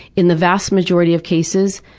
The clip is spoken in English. in the vast majority of cases,